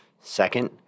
Second